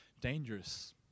dangerous